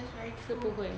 that's very true